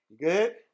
good